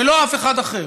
ולא אף אחד אחר.